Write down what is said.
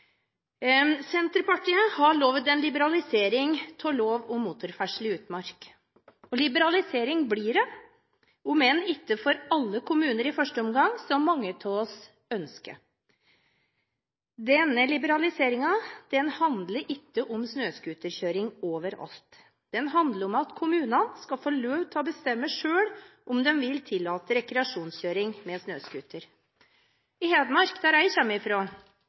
Senterpartiet har lovet en liberalisering av lov om motorferdsel i utmark. En liberalisering blir det, om enn ikke for alle kommuner i første omgang, som mange av oss ønsker. Denne liberaliseringen handler ikke om snøscooterkjøring overalt. Den handler om at kommunene selv skal få lov til å bestemme om de vil tillate rekreasjonskjøring med snøscooter. I Hedmark, der jeg